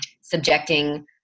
subjecting